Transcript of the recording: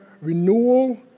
renewal